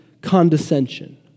condescension